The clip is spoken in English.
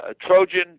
Trojan